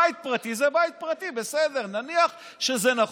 בית פרטי זה בית פרטי, בסדר, נניח שזה נכון.